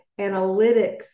analytics